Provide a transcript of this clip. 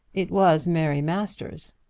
it was mary masters.